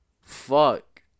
Fuck